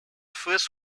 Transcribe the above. first